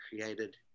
created